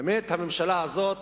באמת, הממשלה הזאת